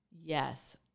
yes